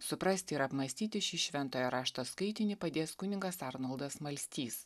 suprasti ir apmąstyti šį šventojo rašto skaitinį padės kunigas arnoldas smalstys